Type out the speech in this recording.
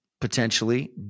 potentially